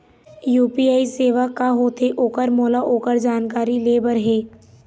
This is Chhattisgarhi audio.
यू.पी.आई सेवा का होथे ओकर मोला ओकर जानकारी ले बर हे?